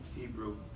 Hebrew